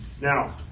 Now